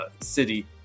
city